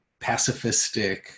pacifistic